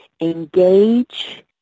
engage